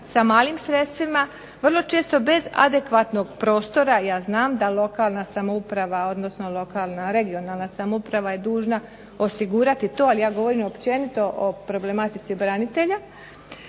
sa malim sredstvima, vrlo često bez adekvatnog prostora. Ja znam da lokalna samouprava odnosno lokalno regionalna samouprava je dužna osigurati to, ali ja govorim općenito o problematici branitelja